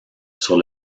sur